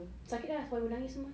sakit ah sampai nangis semua